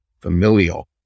familial